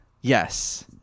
Yes